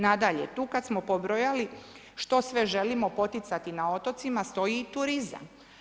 Nadalje, tu kad smo pobrojali što sve želimo poticati na otocima, stoji i turizam.